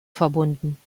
verbunden